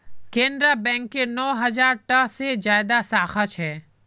केनरा बैकेर नौ हज़ार टा से ज्यादा साखा छे